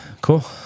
Cool